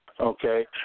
Okay